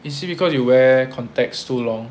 is it because you wear contacts too long